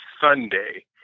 Sunday